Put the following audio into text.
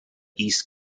east